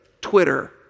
Twitter